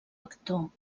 actor